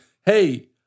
hey